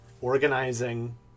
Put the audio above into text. organizing